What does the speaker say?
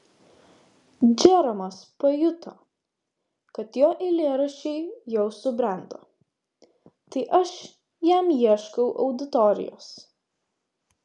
džeromas pajuto kad jo eilėraščiai jau subrendo tai aš jam ieškau auditorijos